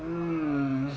mm